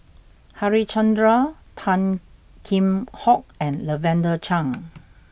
Harichandra Tan Kheam Hock and Lavender Chang